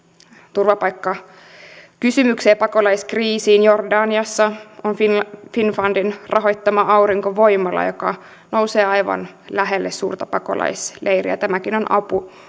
turvapaikkakysymykseen pakolaiskriisiin jordaniassa on finnfundin rahoittama aurinkovoimala joka nousee aivan lähelle suurta pakolaisleiriä tämäkin on apu